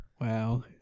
Wow